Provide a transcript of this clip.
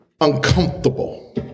Uncomfortable